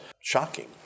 shocking